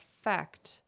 effect